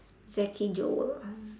ezekiel joel